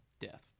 death